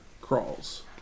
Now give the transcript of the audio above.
crawls